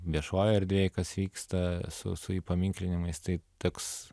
viešoj erdvėj kas vyksta su su paminklinimais tai toks